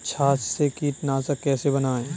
छाछ से कीटनाशक कैसे बनाएँ?